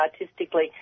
artistically